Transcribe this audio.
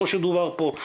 כמו שדובר פה,